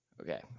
Okay